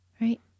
Right